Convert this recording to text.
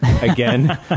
Again